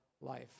life